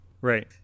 right